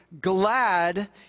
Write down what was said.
glad